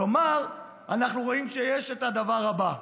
כלומר, אנחנו רואים שיש את הדבר הבא: